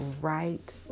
right